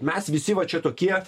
mes visi va čia tokie